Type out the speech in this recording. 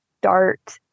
start